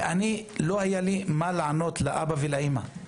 ואני, לא היה לי מה לענות לאבא ולאימא.